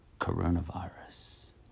coronavirus